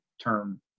term